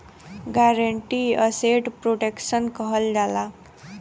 guarantee asset protection कहल जाला